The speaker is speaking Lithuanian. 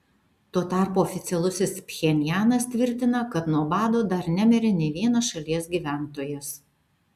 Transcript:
tuo tarpu oficialusis pchenjanas tvirtina kad nuo bado dar nemirė nė vienas šalies gyventojas